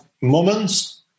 moments